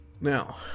now